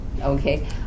okay